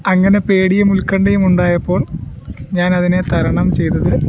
അങ്ങനെ പേടിയും ഉൽക്കണ്ഠയുമുണ്ടായപ്പോൾ ഞാൻ അതിനെ തരണം ചെയ്തത്